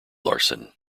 larson